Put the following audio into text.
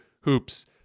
hoops